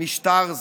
משטר זה.